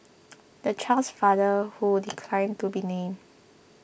the child's father who declined to be named